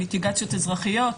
ליטיגציות אזרחיות.